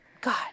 God